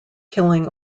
killing